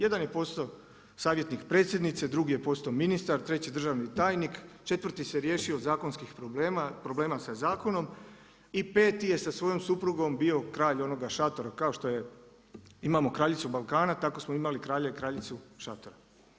Jedan je postao savjetnik predsjednice, drugi je postao ministar, treći državni tajnik, četvrti se riješio zakonskih problema, problema sa zakonom i peti je sa svojom suprugom bio kralj onoga šatora kao što imamo kraljicu Balkana, tako smo imali kralja i kraljicu šatora.